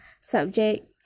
subject